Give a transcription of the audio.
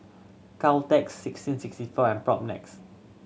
Caltex sixteen sixty four and Propnex